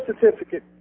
certificate